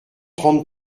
trente